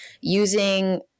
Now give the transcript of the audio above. using